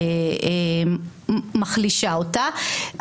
תודה רבה.